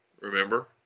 remember